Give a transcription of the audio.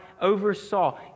Oversaw